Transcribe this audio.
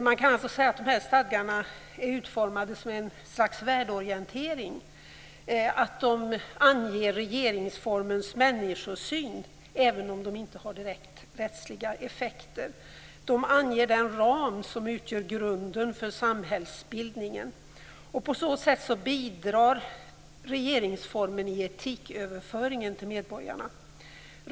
Man kan alltså säga att de här stadgandena är utformade som ett slags värdeorientering och att de anger regeringsformens människosyn även om de inte har direkt rättsliga effekter. De anger den ram som utgör grunden för samhällsbildningen. På så sätt bidrar regeringsformen i etiköverföringen till medborgarna.